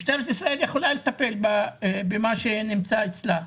משטרת ישראל יכולה לטפל במה שנמצא אצלה.